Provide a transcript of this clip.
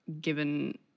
given